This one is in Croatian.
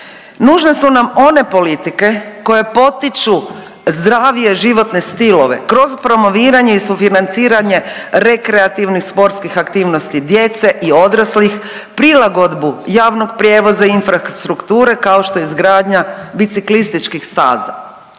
Nužne su nam one politike koje potiču zdravije životne stilove kroz promoviranje i sufinanciranje rekreativnih sportskih aktivnosti djece i odraslih, prilagodbu javnog prijevoza i infrastrukture kao što je izgradnja biciklističkih staza.